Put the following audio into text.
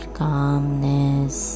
calmness